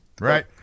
Right